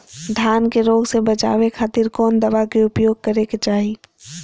धान के रोग से बचावे खातिर कौन दवा के उपयोग करें कि चाहे?